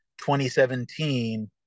2017